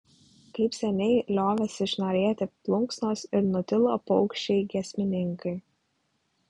kaip seniai liovėsi šnarėti plunksnos ir nutilo paukščiai giesmininkai